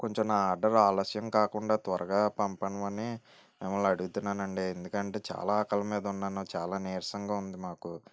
కొంచెం నా ఆర్డర్ ఆలస్యం కాకుండా త్వరగా పంపమని మిమ్మల్ని అడుగుతున్నాను అండి ఎందుకంటే చాలా ఆకలి మీద ఉన్నాను చాలా నీరసంగా ఉంది మాకు